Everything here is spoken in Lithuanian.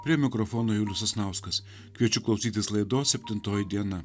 prie mikrofono julius sasnauskas kviečiu klausytis laidos septintoji diena